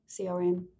CRM